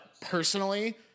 personally